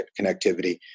connectivity